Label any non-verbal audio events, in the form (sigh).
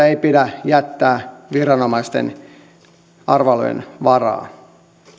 (unintelligible) ei pidä jättää viranomaisten arvailujen varaan